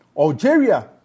Algeria